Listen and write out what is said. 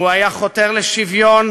הוא היה חותר לשוויון,